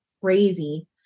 crazy